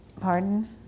Pardon